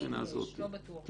אם יש, לא בטוח שיש.